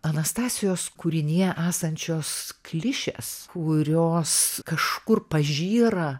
anastasijos kūrinyje esančios klišės kurios kažkur pažyra